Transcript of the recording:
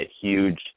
huge